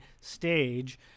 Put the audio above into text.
stage